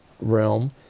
realm